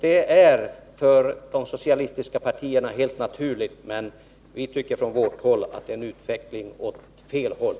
Det är för de socialistiska partierna helt naturligt, men vi tycker att det är en utveckling åt fel håll.